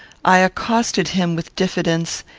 i accosted him with diffidence,